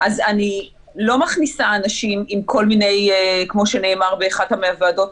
אז אני לא מכניסה אנשים כמו שנאמר באחת הוועדות